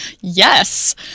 Yes